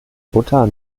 butter